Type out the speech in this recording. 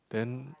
then